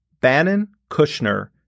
Bannon-Kushner-